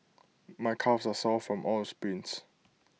my calves are sore from all the sprints